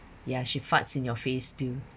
ya she farts in your face too